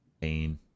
Pain